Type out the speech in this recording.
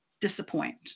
disappoint